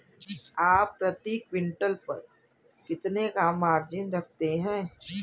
आप प्रति क्विंटल पर कितने का मार्जिन रखते हैं?